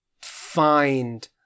find